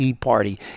party